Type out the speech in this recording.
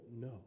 No